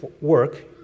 work